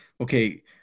Okay